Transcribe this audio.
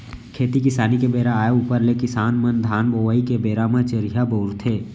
खेती किसानी के बेरा आय ऊपर ले किसान मन धान बोवई के बेरा म चरिहा बउरथे